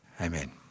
Amen